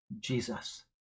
Jesus